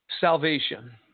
Salvation